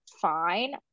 fine